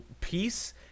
peace